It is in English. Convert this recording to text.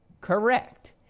correct